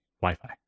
Wi-Fi